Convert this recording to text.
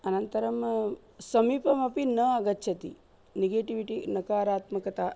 अनन्तरं समीपमपि न आगच्छति नेगेटिविटि नकारात्मकता